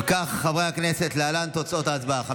אם כך, חברי הכנסת, להלן תוצאות ההצבעה: